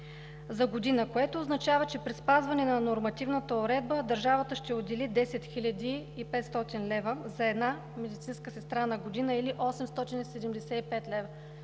за година, което означава, че при спазване на нормативната уредба държавата ще отдели 10 хил. 500 лв. за една медицинска сестра на година или 875 лв.